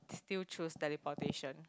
still choose teleportation